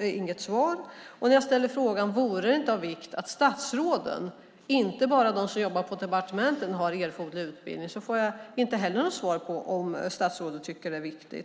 inte något svar på. När jag frågar om det inte vore av vikt att statsråden - inte bara de som jobbar på departementen - har erforderlig utbildning, får jag inte heller något svar på om statsrådet tycker att det är viktigt.